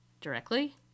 directly